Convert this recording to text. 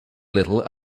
little